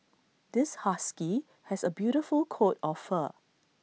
this husky has A beautiful coat of fur